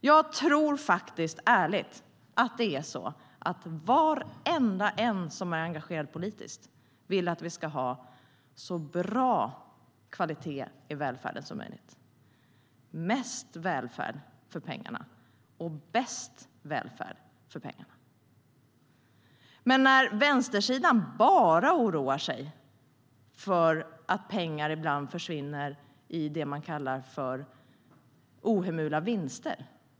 Jag tror ärligt att varenda en som är engagerad politiskt vill att vi ska ha så bra kvalitet i välfärden som möjligt - mest välfärd för pengarna och bäst välfärd för pengarna. Vänstersidan oroar sig bara för att pengar ibland försvinner i det man kallar för ohemula vinster.